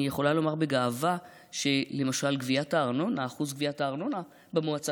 אני יכולה לומר בגאווה שלמשל אחוז גביית הארנונה במועצה